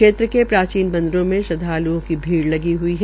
क्षेत्र के प्राचीन मदिरों में श्रद्वाल्ओ की भीड़ लगी हई है